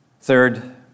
Third